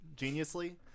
geniusly